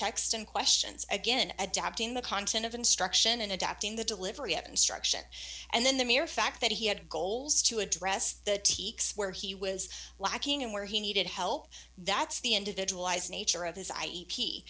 text and questions again adapting the content of instruction and adapting the delivery of instruction and then the mere fact that he had goals to address the teak swear he was lacking and where he needed help that's the individualized nature of his